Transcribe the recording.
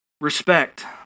Respect